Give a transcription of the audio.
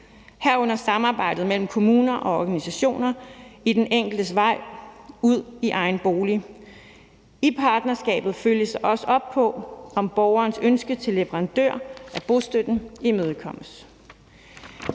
herunder samarbejdet mellem kommuner og organisationer på den enkeltes vej ud i egen bolig. I partnerskabet følges der op på, om borgerens ønske til leverandør af boligstøtten imødekommes.